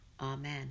Amen